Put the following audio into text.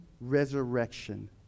resurrection